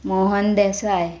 Mohan Desai